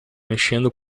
mexendo